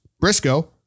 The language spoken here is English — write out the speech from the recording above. Briscoe